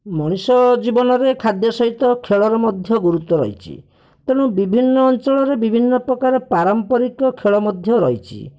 ମଣିଷ ଜୀବନରେ ଖାଦ୍ୟ ସହିତ ଖେଳର ମଧ୍ୟ ଗୁରୁତ୍ଵ ରହିଛି ତେଣୁ ବିଭିନ୍ନ ଅଞ୍ଚଳରେ ବିଭିନ୍ନପ୍ରକାର ପାରମ୍ପରିକ ଖେଳ ମଧ୍ୟ ରହିଛି